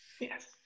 Yes